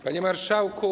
Panie Marszałku!